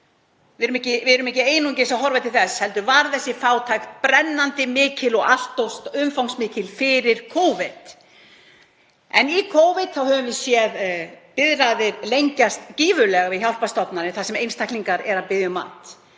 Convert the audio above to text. Við erum ekki einungis að horfa til þess heldur var þessi fátækt brennandi mikil og allt of umfangsmikil fyrir Covid. En í Covid höfum við séð biðraðir lengjast gífurlega við hjálparstofnanir þar sem einstaklingar eru að biðja um mat.